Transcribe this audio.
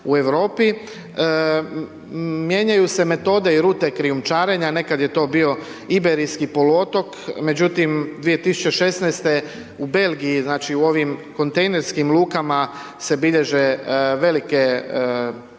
u Europi. Mijenjaju se metode i rute krijumčarenja, nekad je to bio Iberijski poluotoko. Međutim, 2016. u Belgiji, znači u ovim kontejnerskim lukama se bilježe velike